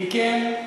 אם כן,